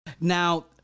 Now